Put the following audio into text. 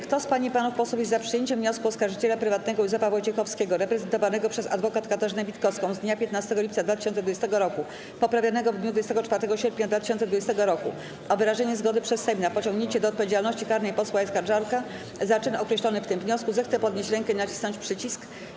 Kto z pań i panów posłów jest za przyjęciem wniosku oskarżyciela prywatnego Józefa Wojciechowskiego, reprezentowanego przez adwokat Katarzynę Witkowską z dnia 15 lipca 2020 r., poprawionego w dniu 24 sierpnia 2020 r., o wyrażenie zgody przez Sejm na pociągnięcie do odpowiedzialności karnej posła Jacka Żalka za czyn określony w tym wniosku, zechce podnieść rękę i nacisnąć przycisk.